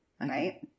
Right